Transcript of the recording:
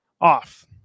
off